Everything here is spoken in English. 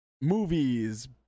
movies